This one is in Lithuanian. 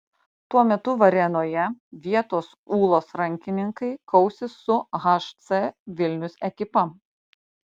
tuo metu varėnoje vietos ūlos rankininkai kausis su hc vilnius ekipa